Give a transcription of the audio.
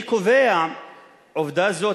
אני קובע עובדה זאת,